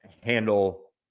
handle